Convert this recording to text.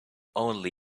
only